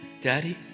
daddy